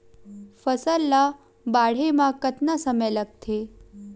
फसल ला बाढ़े मा कतना समय लगथे?